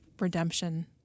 redemption